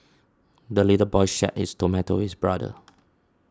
the little boy shared his tomato with his brother